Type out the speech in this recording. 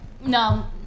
No